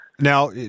Now